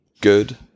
good